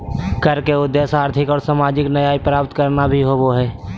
कर के उद्देश्य आर्थिक और सामाजिक न्याय प्राप्त करना भी होबो हइ